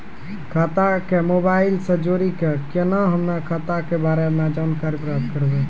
खाता के मोबाइल से जोड़ी के केना हम्मय खाता के बारे मे जानकारी प्राप्त करबे?